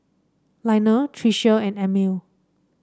Lionel Tricia and Amil